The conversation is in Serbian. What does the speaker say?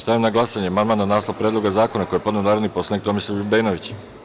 Stavljam na glasanje amandman na naslov Predloga zakona koji je podneo narodni poslanik Tomislav LJubenović.